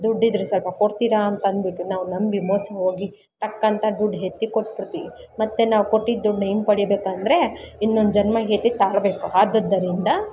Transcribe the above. ದುಡ್ಡಿದ್ದರೆ ಸ್ವಲ್ಪ ಕೊಡ್ತೀರ ಅಂತಂದ್ಬಿಟ್ಟು ನಾವು ನಂಬಿ ಮೋಸ ಹೋಗಿ ಟಕ್ಕಂತ ದುಡ್ಡು ಎತ್ತಿ ಕೊಟ್ಬಿಡ್ತೀವಿ ಮತ್ತೆ ನಾವು ಕೊಟ್ಟಿದ್ದು ದುಡ್ಡನ್ನ ಹಿಂಪಡಿಬೇಕೆಂದ್ರೆ ಇನ್ನೊಂದು ಜನ್ಮ ಎತ್ತಿ ತಾಳಬೇಕು ಆದುದರಿಂದ